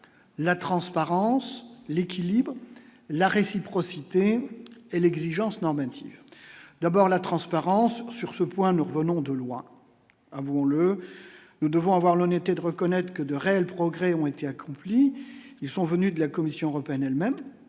la transparence, l'équilibre, la réciprocité et l'exigence normative d'abord la transparence sur ce point, nous revenons de loin, vous le nous devons avoir l'on était de reconnaître que de réels progrès ont été accomplis, ils sont venus de la Commission européenne elle-même